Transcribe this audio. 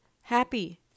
happy